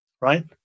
right